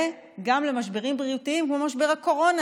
וגם למשברים בריאותיים כמו משבר הקורונה,